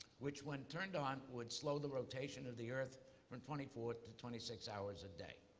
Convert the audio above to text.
which when turned on, would slow the rotation of the earth from twenty four to twenty six hours a day.